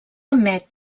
emet